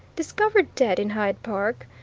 discovered dead in hyde park,